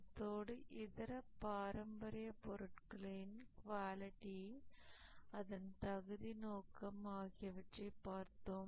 அத்தோடு இதர பாரம்பரிய பொருட்களின் குவாலிட்டி அதன் தகுதி நோக்கம் ஆகியவற்றை பார்த்தோம்